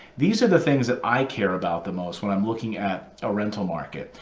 these are the things that i care about the most when i'm looking at a rental market.